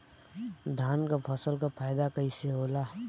धान क फसल क फायदा कईसे होला?